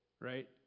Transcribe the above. Right